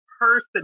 person